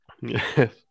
yes